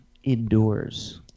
Indoors